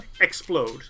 Explode